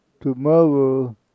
tomorrow